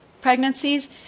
pregnancies